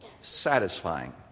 satisfying